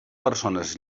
persones